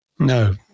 No